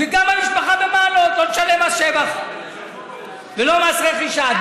וגם המשפחה במעלות לא תשלם מס שבח ולא מס רכישה.